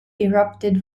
erupted